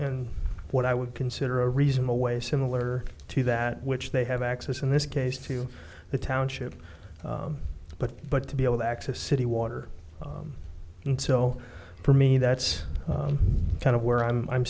and what i would consider a reasonable way similar to that which they have access in this case to the township but but to be able to access city water and so for me that's kind of where i'm i'm